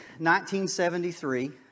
1973